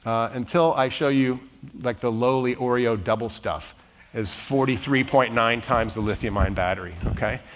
until i show you like the lowly oreo double stuff as forty three point nine times the lithium ion battery. okay?